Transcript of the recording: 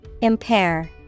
Impair